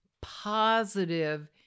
positive